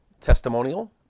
testimonial